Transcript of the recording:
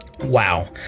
Wow